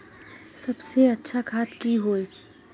सबसे अच्छा खाद की होय?